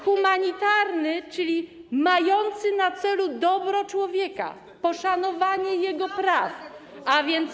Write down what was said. Humanitarny, czyli mający na celu dobro człowieka, poszanowanie jego praw.